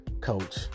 coach